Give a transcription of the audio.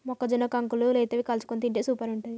మొక్కజొన్న కంకులు లేతవి కాల్చుకొని తింటే సూపర్ ఉంటది